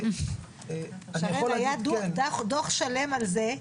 שרן, היה דו"ח שלם על זה.